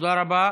תודה רבה.